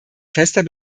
fester